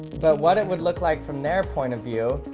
but what it would look like from their point of view,